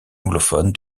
anglophone